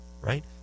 right